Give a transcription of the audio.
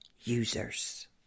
users